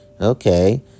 Okay